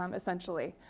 um essentially.